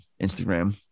Instagram